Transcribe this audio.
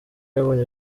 yabonye